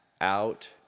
out